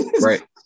right